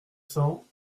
cent